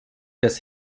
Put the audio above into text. des